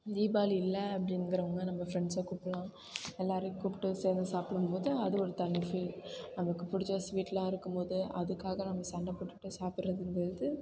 தீபாவளி இல்லை அப்படிங்கிறவாங்க நம்ம ஃப்ரெண்ட்ஸை கூப்பிட்லாம் எல்லோரையும் கூப்பிட்டு சேர்ந்து சாப்பிடும் போது அது ஒரு தனி ஃபீல் நமக்கு பிடிச்ச ஸ்வீட்லாம் இருக்கும் போது அதுக்காக நம்ம சண்டை போட்டுட்டு சாப்பிட்றதுங்கறது